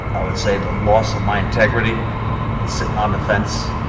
i would say the loss of my integrity and sitting on the fence.